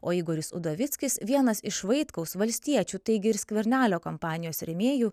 o igoris udovickis vienas iš vaitkaus valstiečių taigi ir skvernelio kampanijos rėmėjų